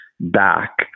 back